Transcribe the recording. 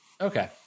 Okay